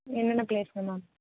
என்னென்ன பிளேஸெலாம் மேம்